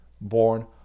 born